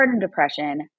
depression